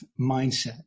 mindset